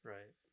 Right